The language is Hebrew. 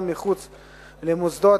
גם מחוץ למוסדות,